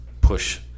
push